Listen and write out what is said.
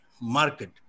market